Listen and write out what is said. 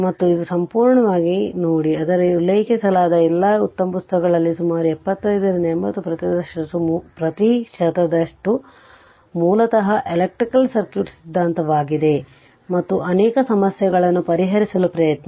ಮತ್ತು ಇದು ಸಂಪೂರ್ಣವಾಗಿ ನೋಡಿ ಅದರಲ್ಲಿ ಉಲ್ಲೇಖಿಸಲಾದ ಎಲ್ಲಾ ಉತ್ತಮ ಪುಸ್ತಕಗಳಲ್ಲಿ ಸುಮಾರು 75 ರಿಂದ 80 ಪ್ರತಿಶತದಷ್ಟು ಮೂಲತಃ ಎಲೆಕ್ಟ್ರಿಕ್ ಸರ್ಕ್ಯೂಟ್ ಸಿದ್ಧಾಂತವಾಗಿದೆ ಮತ್ತು ಅನೇಕ ಸಮಸ್ಯೆಗಳನ್ನು ಪರಿಹರಿಸಲು ಪ್ರಯತ್ನಿಸಿ